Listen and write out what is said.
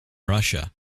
russia